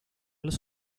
los